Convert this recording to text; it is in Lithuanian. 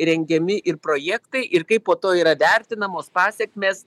rengiami ir projektai ir kaip po to yra vertinamos pasekmės